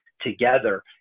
together